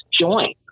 join